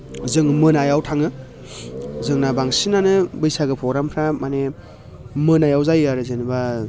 जों मोनायाव थाङो जोंना बांसिनानो बैसागो प्रग्रामफ्रा माने मोनायाव जायो आरो जेनेबा